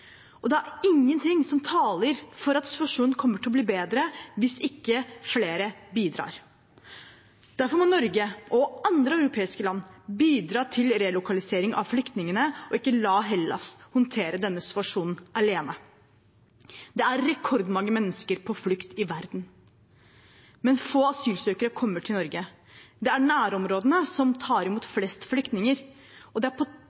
vanskeligere. Det er ingenting som taler for at situasjonen kommer til å bli bedre hvis ikke flere bidrar. Derfor må Norge og andre europeiske land bidra til relokalisering av flyktningene og ikke la Hellas håndtere denne situasjonen alene. Det er rekordmange mennesker på flukt i verden, men få asylsøkere kommer til Norge. Det er nærområdene som tar imot flest flyktninger. Det er på